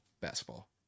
Basketball